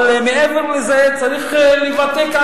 אבל יש עמדות בקשר לחוק שאנחנו חייבים לבטא.